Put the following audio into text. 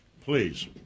Please